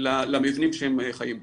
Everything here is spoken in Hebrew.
למבנים שהם חיים בהם.